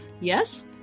Yes